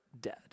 dead